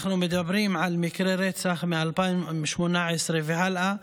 אנחנו מדברים על מקרי רצח מ-2018 והלאה: